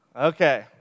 Okay